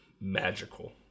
magical